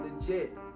legit